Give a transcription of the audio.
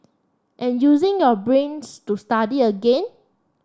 and using your brains to study again